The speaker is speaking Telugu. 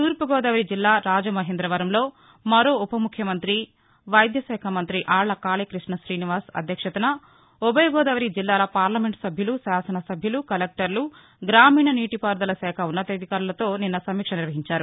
తూర్పుగోదావరి జిల్లా రాజమహేంద్రవరంలో మరో ఉప ముఖ్యమంత్రి వైద్యశాఖ మంత్రి ఆళ్ల కాళీక్పష్ణ శ్రీనివాస్ అధ్యక్షతన ఉభయ గోదావరి జిల్లాల పార్లమెంటు సభ్యులు శాసనసభ్యులు కలెక్టర్లు గ్రామీణ నీటిపారుదల శాఖ ఉన్నతాధికారులతో నిన్న సమీక్ష నిర్వహించారు